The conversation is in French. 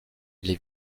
les